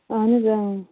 اَہن حظ